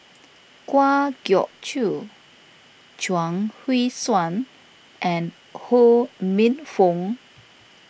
Kwa Geok Choo Chuang Hui Tsuan and Ho Minfong